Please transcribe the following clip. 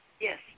Yes